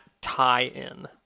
tie-in